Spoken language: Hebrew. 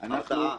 הרתעה.